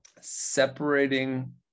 separating